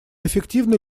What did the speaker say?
эффективно